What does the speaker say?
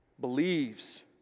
believes